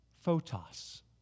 photos